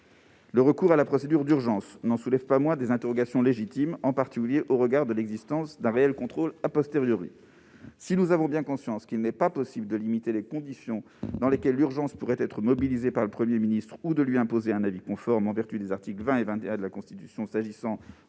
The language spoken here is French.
Le recours à la procédure d'urgence soulève des interrogations légitimes, en particulier au regard de l'existence d'un réel contrôle. Nous avons bien conscience qu'il n'est pas possible de limiter les conditions dans lesquelles l'urgence pourrait être invoquée par le Premier ministre ou de lui imposer un avis conforme en vertu des articles 20 et 21 de la Constitution, s'agissant